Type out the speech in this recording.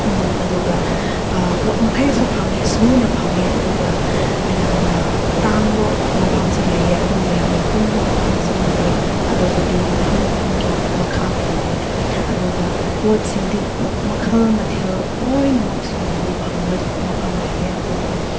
ꯑꯗꯨꯒ ꯄꯣꯠ ꯃꯈꯩꯁꯨ ꯐꯪꯉꯦ ꯁꯨꯅ ꯐꯪꯉꯦ ꯑꯗꯨꯒ ꯌꯥꯝꯅ ꯇꯥꯡꯕ ꯃꯐꯝꯁꯨ ꯂꯩꯌꯦ ꯑꯗꯨꯒ ꯌꯥꯝꯅ ꯍꯣꯡꯕ ꯃꯐꯝꯁꯨ ꯂꯩꯌꯦ ꯑꯗꯨꯒ ꯌꯥꯝꯅꯍꯣꯡꯕ ꯃꯐꯝꯁꯨ ꯂꯩꯌꯦ ꯑꯗꯨꯕꯨꯗꯤ ꯃꯐꯝ ꯃꯐꯝꯒꯤ ꯃꯈꯥ ꯄꯣꯜꯂꯦ ꯑꯗꯨꯒ ꯄꯣꯠꯁꯤꯡꯗꯤ ꯃꯈꯜ ꯃꯊꯦꯜ ꯂꯣꯏꯅꯃꯛ ꯁꯨꯅꯗꯤ ꯐꯪꯕ ꯃꯐꯝ ꯂꯩꯌꯦ ꯑꯗꯨꯒ